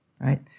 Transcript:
right